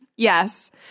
Yes